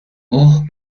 اوه